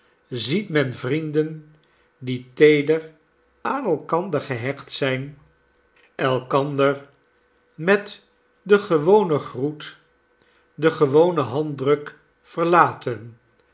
ziet men vrienden die feeder aan elkander gehecht zijn elkander met den gewonen groet den gewonen handdruk verlaten